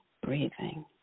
breathing